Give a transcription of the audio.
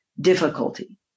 difficulty